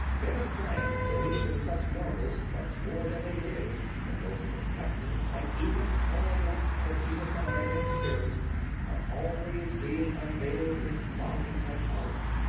men of science believe in such marvels much more than they did the most perplexing, and even horrible, prodigies of mind and spirit are always being unveiled in modern psychology.